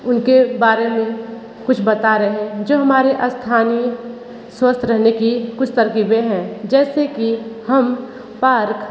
उनके बारे में कुछ बता रहे जो हमारे स्थानीय स्वस्थ रहने की कुछ तरक़ीबें हैं जैसे कि हम पार्क